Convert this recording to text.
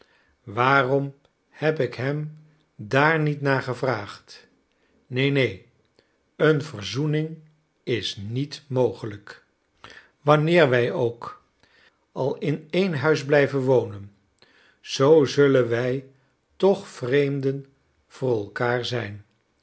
waarom heb ik hem daar niet naar gevraagd neen neen een verzoening is niet mogelijk wanneer wij ook al in één huis blijven wonen zoo zullen wij toch vreemden voor elkander zijn